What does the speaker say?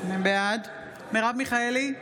בעד מרב מיכאלי,